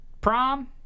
Prom